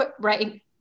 right